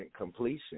completion